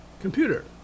computer